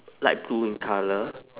light blue in colour